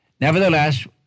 nevertheless